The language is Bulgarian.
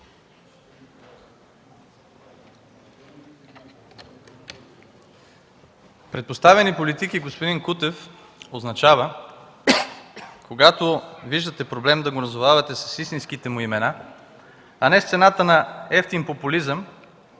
„Предпоставени политики”, господин Кутев, означава когато виждате проблем, да го назовавате с истинските му имена, а не с цената на евтин популизъм